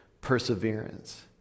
perseverance